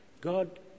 God